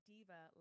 Diva